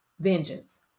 vengeance